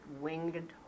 winged